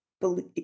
believe